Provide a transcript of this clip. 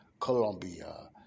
Colombia